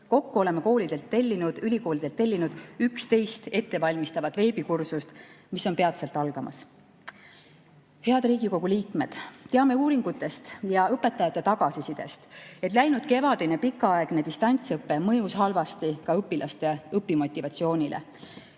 Kokku oleme ülikoolidelt tellinud 11 ettevalmistavat veebikursust, mis on peatselt algamas. Head Riigikogu liikmed! Teame uuringutest ja õpetajate tagasisidest, et läinudkevadine pikaaegne distantsõpe mõjus halvasti ka õpilaste õpimotivatsioonile.